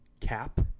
cap